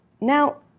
now